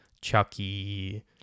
Chucky